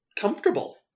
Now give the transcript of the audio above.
comfortable